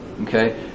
Okay